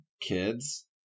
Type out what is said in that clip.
kids